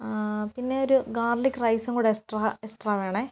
ആ പിന്നെ ഒരു ഗാർലിക്ക് റൈസും കൂടെ എക്സ്ട്രാ എക്സ്ട്രാ വേണം